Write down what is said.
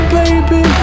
baby